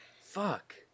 Fuck